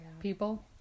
people